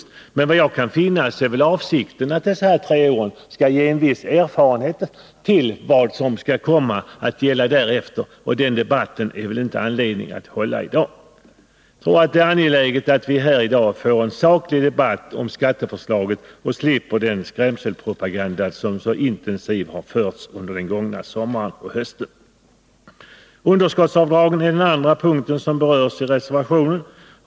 Men såvitt jag kan finna är avsikten att dessa tre år skall ge en viss erfarenhet och visa vad som skall komma att gälla därefter, och debatten härom finns det väl ingen anledning att hålla i dag. Jag tror det är angeläget att vi i dag får en saklig debatt om skatteförslaget och slipper den skrämselpropaganda som så intensivt har förts under den gångna sommaren och hösten. Underskottsavdragen är den andra punkten som berörs i reservationen.